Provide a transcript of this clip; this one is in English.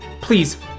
please